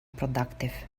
productive